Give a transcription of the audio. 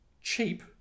cheap